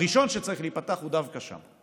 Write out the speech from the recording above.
הראשון שצריך להיפתח הוא דווקא שם.